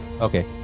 Okay